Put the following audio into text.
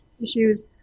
issues